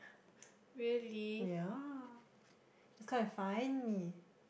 yeah must come and find me